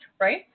right